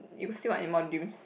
you still got any modules